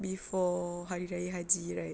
before hari raya haji right